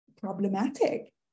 problematic